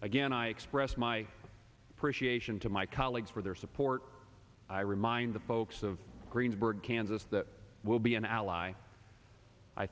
again i express my appreciation to my colleagues for their support i remind the folks of greensburg kansas that will be an ally i